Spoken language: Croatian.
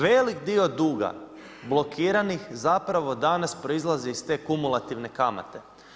Velik dio duga blokiranih zapravo danas proizlazi iz te kumulativne kamate.